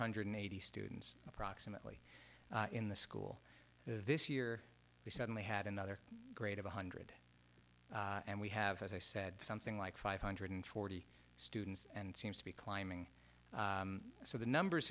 hundred eighty students approximately in the school this year we suddenly had another great of one hundred and we have as i said something like five hundred forty students and seems to be climbing so the numbers